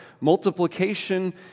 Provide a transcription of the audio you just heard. multiplication